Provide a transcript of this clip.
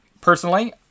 personally